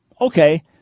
Okay